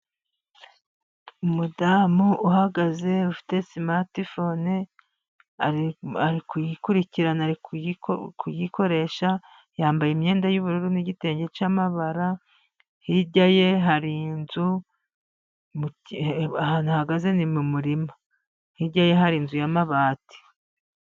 Umudamu uhagaze ufite simati fone. Ari kuyikurikirana, kuyikoresha. Yambaye imyenda y'ubururu n'igitenge cy'amabara. Hirya ye hari inzu, ahantu ahagaze ni mu murima. Hirya ye hari inzu y'amabati.